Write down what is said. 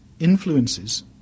Influences